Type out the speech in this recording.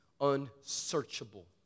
unsearchable